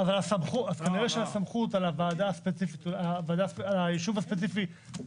אז כנראה הסמכות --